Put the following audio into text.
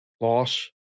loss